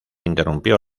interrumpió